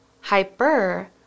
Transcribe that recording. Hyper